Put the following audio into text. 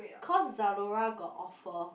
cause Zalora got offer